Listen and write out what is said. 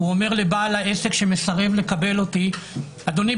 הוא אומר לבעל העסק שמסרב לקבל אותי: אדוני,